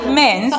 men